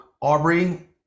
Aubrey